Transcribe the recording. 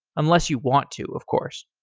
unless you want to, of course.